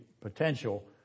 potential